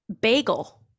Bagel